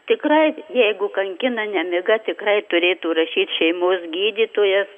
tikrai jeigu kankina nemiga tikrai turėtų rašyt šeimos gydytojas